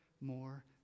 more